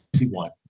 one